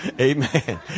Amen